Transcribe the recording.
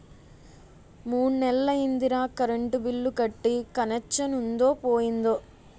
మూడ్నెల్లయ్యిందిరా current bill కట్టీ కనెచ్చనుందో పోయిందో